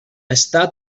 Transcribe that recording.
està